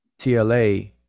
TLA